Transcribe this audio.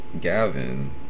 Gavin